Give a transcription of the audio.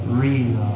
real